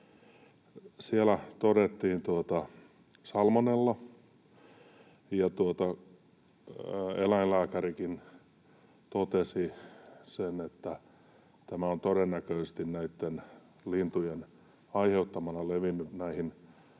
siellä todettiin salmonella. Eläinlääkärikin totesi sen, että tämä on todennäköisesti näitten lintujen aiheuttamana levinnyt